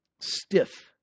Stiff